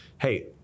hey